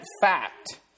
fact